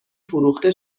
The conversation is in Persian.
فروخته